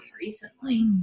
recently